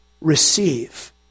receive